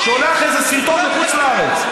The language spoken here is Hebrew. שולח איזה סרטון מחוץ-לארץ.